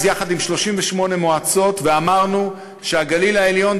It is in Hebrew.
יחד עם 38 מועצות ואמרנו שהגליל העליון,